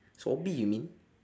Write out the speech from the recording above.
sobri you mean